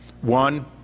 One